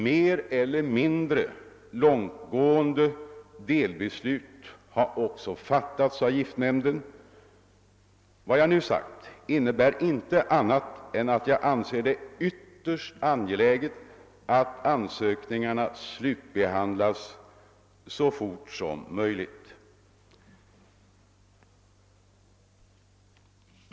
Mer eller mindre långtgående delbeslut har också fattats av giftnämnden. Vad jag nu sagt innebär inte annat än att jag anser det ytterst angeläget att ansökningarna slutbehandlas så fort som möjligt.